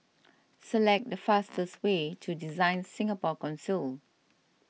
select the fastest way to Design Singapore Council